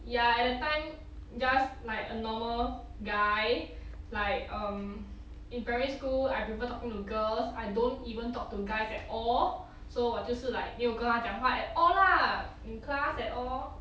ya at a time just like a normal guy like um in primary school I prefer talking to girls I don't even talk to guys at all so 我就是 like 没有跟他讲话 at all lah in class at all